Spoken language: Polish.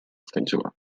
skończyła